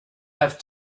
have